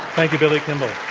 thank you, billy kimball.